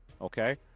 Okay